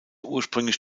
ursprünglich